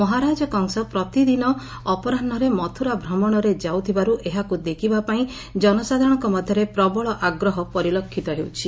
ମହାରାଜ କଂସ ପ୍ରତିଦିନ ଅପରାହ୍ବରେ ମଥୁରା ଭ୍ରମଶରେ ଯାଉଥିବାରୁ ଏହାକୁ ଦେଖିବାପାଇଁ ଜନସାଧାରଣଙ୍କ ମଧରେ ପ୍ରବଳ ଆଗ୍ରହ ପରିଲକ୍ଷିତ ହେଉଛି